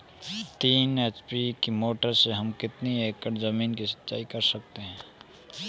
तीन एच.पी की मोटर से हम कितनी एकड़ ज़मीन की सिंचाई कर सकते हैं?